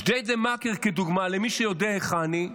בג'דיידה-מכר, כדוגמה, למי שיודע היכן היא,